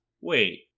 Wait